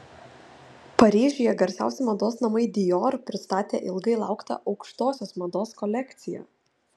paryžiuje garsiausi mados namai dior pristatė ilgai lauktą aukštosios mados kolekciją